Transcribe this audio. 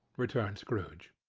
returned scrooge,